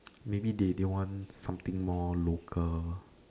maybe they they want something more local